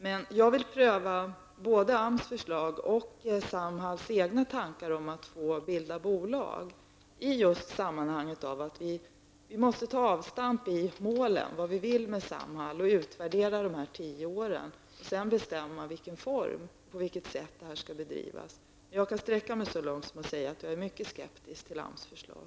Men jag vill pröva både AMS förslag och Samhalls egna tankar om att få bilda bolag, just med tanke på att vi måste göra klart för oss målen för Samhall i samband med att vi nu utvärderar de tio år som har gått. Sedan får vi bestämma i vilken form och på vilket sätt verksamheten skall bedrivas. Jag kan alltså sträcka mig så långt att jag säger att jag är mycket skeptisk till AMS förslag.